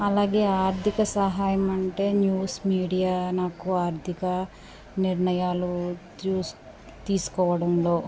అలాగే ఆర్థిక సహాయం అంటే న్యూస్ మీడియా నాకు ఆర్థిక నిర్ణయాలు తీసుకోవడంలో